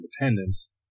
independence